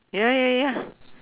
ya ya ya